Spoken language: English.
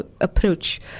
approach